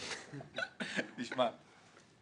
תשמע,